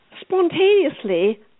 spontaneously